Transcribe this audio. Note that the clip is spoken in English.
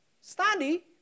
study